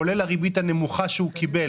כולל הריבית הנמוכה שהוא קיבל.